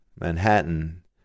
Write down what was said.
Manhattan